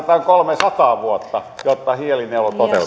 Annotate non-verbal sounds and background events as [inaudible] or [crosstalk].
[unintelligible] vaan tarvitaan kolmesataa vuotta jotta hiilinielu